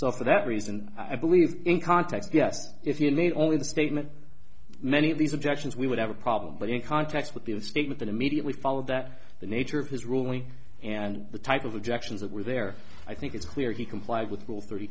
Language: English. so for that reason i believe in context yes if you need only the statement many of these objections we would have a problem but in context with the statement immediately followed that the nature of his ruling and the type of objections that were there i think it's clear he complied with rule thirty